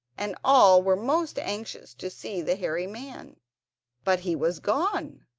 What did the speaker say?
and all were most anxious to see the hairy man but he was gone!